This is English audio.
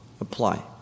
apply